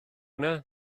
yna